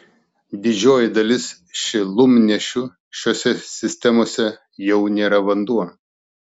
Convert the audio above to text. didžioji dalis šilumnešių šiose sistemose jau nėra vanduo